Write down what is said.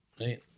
right